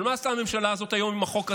אבל מה עשתה הממשלה הזאת היום עם החוק הזה?